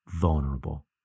vulnerable